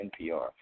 NPR